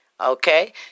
okay